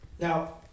Now